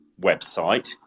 website